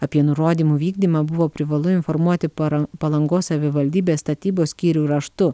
apie nurodymų vykdymą buvo privalu informuoti para palangos savivaldybės statybos skyrių raštu